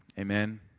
Amen